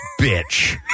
bitch